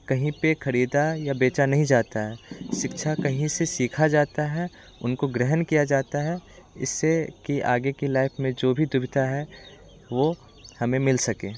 कहीं पे खरीदा या बेचा नहीं जाता है शिक्षा कहीं से सीखा जाता है उनको ग्रहण किया जाता है इससे की आगे की लाइफ में जो भी दुविधा है वो हमें मिल सके